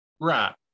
right